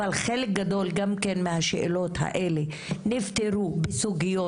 אבל חלק גדול גם כן מהשאלות האלה נפתרו בסוגיות,